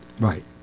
Right